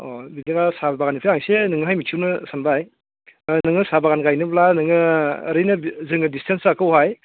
अ बिदिब्ला साहा बागानिफ्राय आङो इसे नोंनोहाय मिथिहोनो सानबाय नोङो साहा बागान गायनोब्ला नोङो ओरैनो जोंनि दिसथेन्सखौहाय